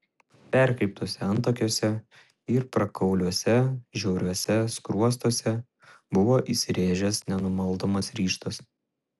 perkreiptuose antakiuose ir prakauliuose žiauriuose skruostuose buvo įsirėžęs nenumaldomas ryžtas